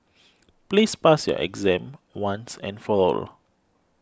please pass your exam once and for all